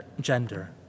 gender